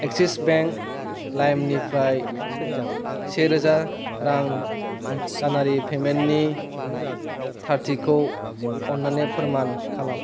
axis bank लाइमनिफ्राय से रोजा रां दानारि पेमेन्टनि थारथिखौ अन्नानै फोरमान खालाम